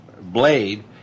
blade